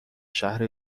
شهر